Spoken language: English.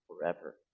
forever